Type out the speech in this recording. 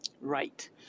Right